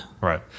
Right